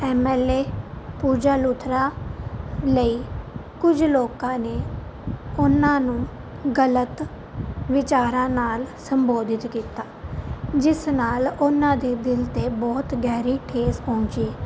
M L A Pooja Luthra ਲਈ ਕੁਝ ਲੋਕਾਂ ਨੇ ਉਹਨਾਂ ਨੂੰ ਗਲਤ ਵਿਚਾਰਾਂ ਨਾਲ ਸੰਬੋਧਿਤ ਕੀਤਾ ਜਿਸ ਨਾਲ ਉਹਨਾਂ ਦੇ ਦਿਲ 'ਤੇ ਬਹੁਤ ਗਹਿਰੀ ਠੇਸ ਪਹੁੰਚੀ